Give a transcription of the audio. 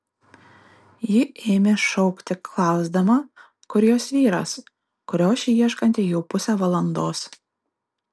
ji ėmė šaukti klausdama kur jos vyras kurio ši ieškanti jau pusę valandos